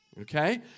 Okay